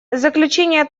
заключение